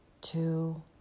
two